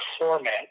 format